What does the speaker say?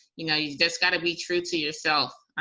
you know you just got to be true to yourself.